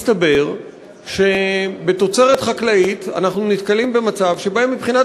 מסתבר שבתוצרת חקלאית אנחנו נתקלים במצב שמבחינת